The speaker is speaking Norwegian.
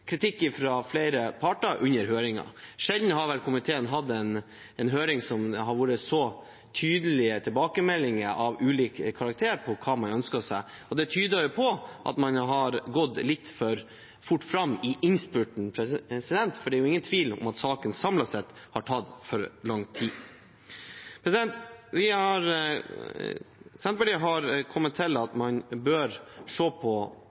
kritikk fra flere parter under høringen. Sjelden har vel komiteen hatt en høring som har fått så tydelige tilbakemeldinger av ulik karakter om hva man ønsker seg. Det tyder på at man har gått litt for fort fram i innspurten, det er likevel ingen tvil om at saken samlet sett har tatt for lang tid. Senterpartiet har kommet til at man bør se på,